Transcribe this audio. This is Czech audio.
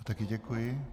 Také děkuji.